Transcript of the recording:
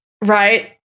Right